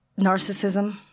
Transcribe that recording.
Narcissism